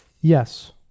Yes